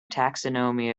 taxonomy